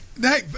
Hey